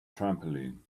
trampoline